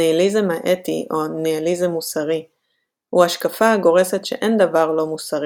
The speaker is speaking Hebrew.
הניהיליזם האתי או ניהיליזם מוסרי הוא השקפה הגורסת שאין דבר לא מוסרי,